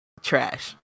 trash